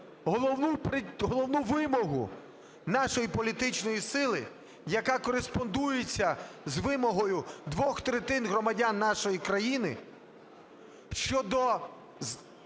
головну вимогу нашої політичної сили, яка кореспондується з вимогою двох третин громадян нашої країни щодо